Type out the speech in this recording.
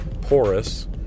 porous